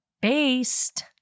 based